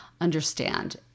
understand